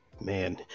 Man